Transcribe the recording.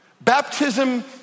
baptism